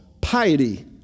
piety